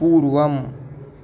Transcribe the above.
पूर्वम्